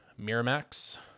Miramax